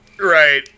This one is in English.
Right